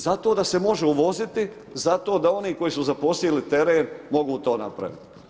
Zato da se može uvoziti, zato da oni koji su zaposlili teren mogu to napraviti.